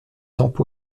tempes